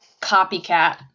copycat